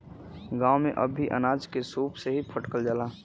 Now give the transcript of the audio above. गांव में अब भी अनाज के सूप से ही फटकल जाला